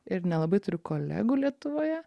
ir nelabai turiu kolegų lietuvoje